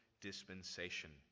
dispensation